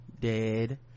dead